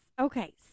Okay